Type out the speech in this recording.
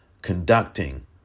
conducting